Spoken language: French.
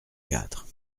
quatre